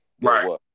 Right